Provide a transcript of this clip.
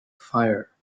fire